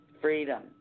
Freedom